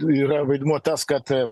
yra vaidmuo tas kad